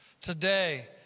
Today